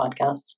podcasts